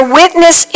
witness